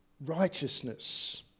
righteousness